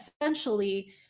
essentially